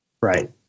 Right